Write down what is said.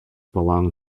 belonged